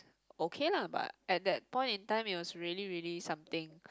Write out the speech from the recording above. okay lah but at that point in time it was really really something